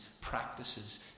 practices